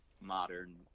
modern